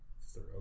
thorough